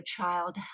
child